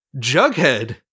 jughead